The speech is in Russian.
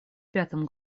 пятым